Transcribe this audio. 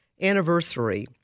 anniversary